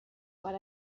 but